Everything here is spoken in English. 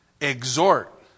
exhort